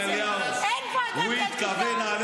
גם את צריכה להעיר